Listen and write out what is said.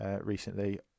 Recently